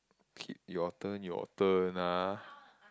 K your turn your turn ah